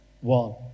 one